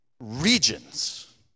regions